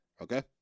okay